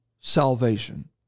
salvation